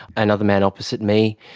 another man opposite me,